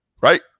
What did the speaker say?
Right